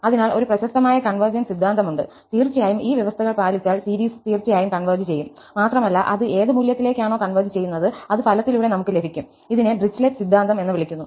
അതിനാൽ ഒരു പ്രശസ്തമായ കൺവേർജെൻസ് സിദ്ധാന്തമുണ്ട് തീർച്ചയായും ഈ വ്യവസ്ഥകൾ പാലിച്ചാൽ സീരീസ് തീർച്ചയായും കൺവെർജ് ചെയ്യും മാത്രമല്ല അത് ഏത് മൂല്യത്തിലേക്കാണോ കൺവെർജ് ചെയ്യുന്നത് അത് ഫലത്തിലൂടെ നമുക് ലഭിക്കും ഇതിനെ ഡിറിച്ലെറ്റ് സിദ്ധാന്തം എന്ന് വിളിക്കുന്നു